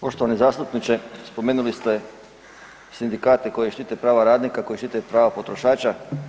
Poštovani zastupniče, spomenuli ste sindikate koji štite prava radnika, koji štite prava potrošača.